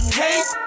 hey